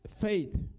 faith